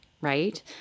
right